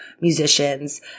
musicians